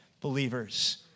believers